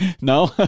No